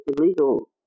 illegal